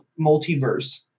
multiverse